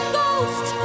ghost